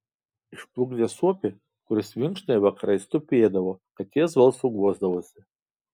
išplukdė suopį kuris vinkšnoje vakarais tupėdavo katės balsu guosdavosi